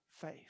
faith